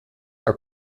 are